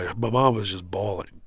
ah my mom was just bawling.